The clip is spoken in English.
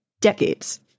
decades